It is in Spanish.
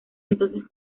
entonces